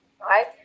right